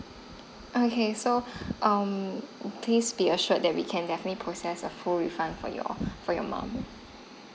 okay so um please be assured that we can definitely process a full refund for your for your mom